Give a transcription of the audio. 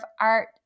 art